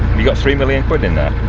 you got three million quid in there?